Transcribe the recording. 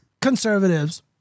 conservatives